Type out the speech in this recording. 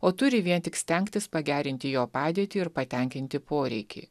o turi vien tik stengtis pagerinti jo padėtį ir patenkinti poreikį